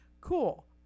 Cool